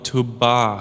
Tuba